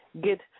Get